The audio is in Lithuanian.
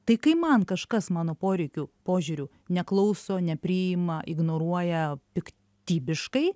tai kai man kažkas mano poreikių požiūrių neklauso nepriima ignoruoja piktybiškai